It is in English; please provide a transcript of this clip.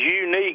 unique